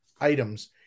items